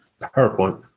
PowerPoint